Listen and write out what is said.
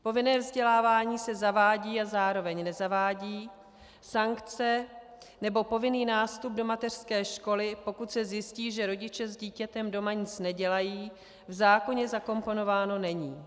Povinné vzdělávání se zavádí a zároveň nezavádí, sankce nebo povinný nástup do mateřské školy, pokud se zjistí, že rodiče s dítětem doma nic nedělají, v zákoně zakomponovány nejsou.